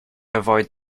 avoid